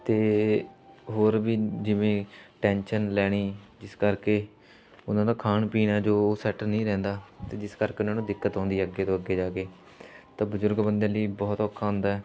ਤੇ ਹੋਰ ਵੀ ਜਿਵੇਂ ਟੈਂਸ਼ਨ ਲੈਣੀ ਜਿਸ ਕਰਕੇ ਉਹਨਾਂ ਦਾ ਖਾਣ ਪੀਣਾ ਐ ਜੋ ਉਹ ਸੈੱਟ ਨਹੀਂ ਰਹਿੰਦਾ ਤੇ ਜਿਸ ਕਰਕੇ ਉਹਨਾਂ ਨੂੰ ਦਿੱਕਤ ਆਉਂਦੀ ਹੈ ਅੱਗੇ ਤੋਂ ਅੱਗੇ ਜਾ ਕੇ ਤਾਂ ਬਜ਼ੁਰਗ ਬੰਦੇ ਲਈ ਬਹੁਤ ਔਖਾ ਹੁੰਦਾ